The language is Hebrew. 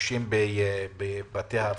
כמו שלבתי חולים ציבוריים לא נותנים את כל מה שאפשר,